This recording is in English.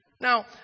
Now